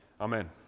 Amen